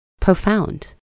profound